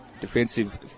Defensive